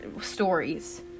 stories